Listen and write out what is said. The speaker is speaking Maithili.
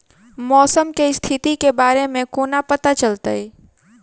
मौसम केँ स्थिति केँ बारे मे कोना पत्ता चलितै?